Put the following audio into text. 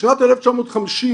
בשנת 1950,